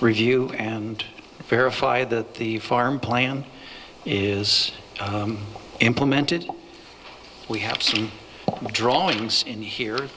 review and verify that the farm plan is implemented we have some drawings in here